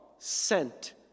sent